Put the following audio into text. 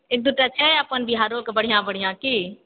एक दू टा छै अपन बिहारोके बढ़िआँ बढ़िआँ की